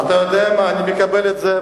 אתה יודע מה, אני מקבל את זה.